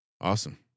Awesome